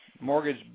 mortgage